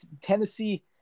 Tennessee